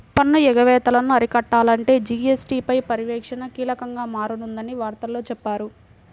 పన్ను ఎగవేతలను అరికట్టాలంటే జీ.ఎస్.టీ పై పర్యవేక్షణ కీలకంగా మారనుందని వార్తల్లో చెప్పారు